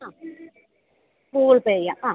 ആ Google pay ചെയ്യാം ആ